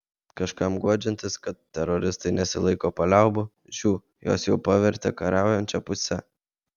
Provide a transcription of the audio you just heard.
kažkam guodžiantis kad teroristai nesilaiko paliaubų žiū juos jau pavertė kariaujančia puse